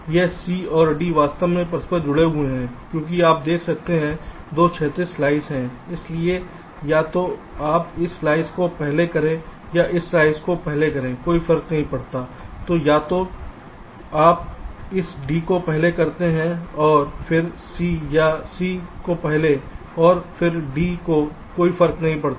तो यह C और D वास्तव में परस्पर जुड़े हुए हैं क्योंकि आप देख सकते हैं 2 क्षैतिज स्लाइस हैं इसलिए या तो आप इस स्लाइस को पहले करें या यह स्लाइस पहले करें कोई फर्क नहीं पड़ता तो या तो आप इस d को पहले करते हैं और फिर c या c को पहले और फिर d को कोई फर्क नहीं पड़ता